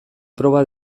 proba